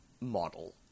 model